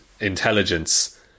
intelligence